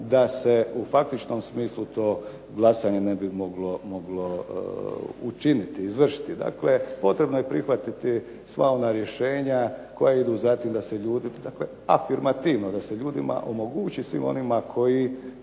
da se u faktičnom smislu to glasanje ne bi moglo učiniti, izvršiti. Dakle, potrebno je prihvatiti sva ona rješenja, koja idu, afirmativno da se svim onim ljudima omogući koji